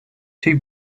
two